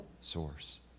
source